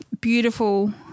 beautiful